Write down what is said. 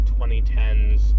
2010s